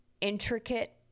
intricate